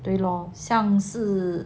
对 loh 像是